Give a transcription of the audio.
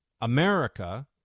America